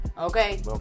Okay